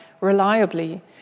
reliably